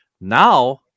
Now